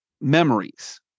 memories